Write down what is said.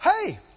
hey